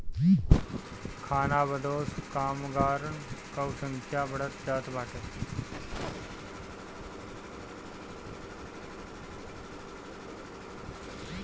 खानाबदोश कामगारन कअ संख्या बढ़त जात बाटे